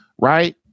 right